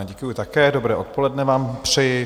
Děkuju také, dobré odpoledne vám přeji.